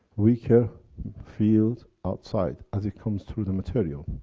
weaker field outside, as it comes through the material.